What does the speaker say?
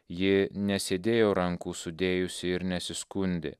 ji nesėdėjo rankų sudėjusi ir nesiskundė